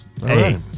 Hey